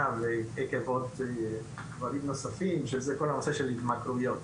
ועקב דברים נוספים והיא כל נושא ההתמכרויות.